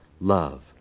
love